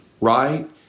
right